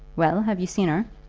well have you seen her?